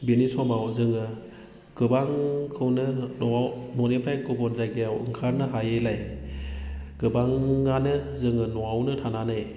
बिनि समाव जोङो गोबांखौनो न'आव न'निफ्राय गुबुन जायगायाव ओंखारनो हायैलाय गोबाङानो जोङो न'आवनो थानानै